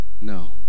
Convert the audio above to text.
No